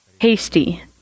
hasty